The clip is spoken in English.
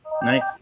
Nice